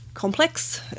complex